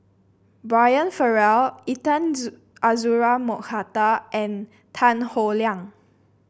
Brian Farrell Intan Azura Mokhtar and Tan Howe Liang